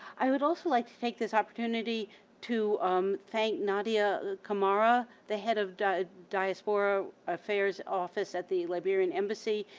i would also like to take this opportunity to um thank nadia kamara, the head of diaspora affairs office at the liberian embassy,